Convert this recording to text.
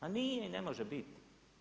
A nije i ne može biti.